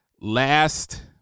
last